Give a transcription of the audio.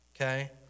Okay